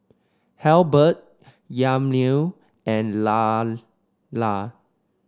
Halbert Yamilet and Lailah